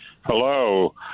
Hello